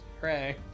Hooray